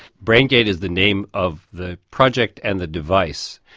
brain gate is the name of the project and the device.